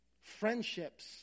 friendships